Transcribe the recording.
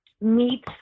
meet